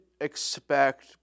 expect